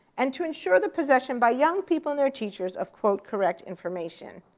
and to ensure the possession by young people and their teachers of, quote, correct information.